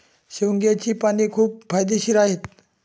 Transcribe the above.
शेवग्याची पाने खूप फायदेशीर आहेत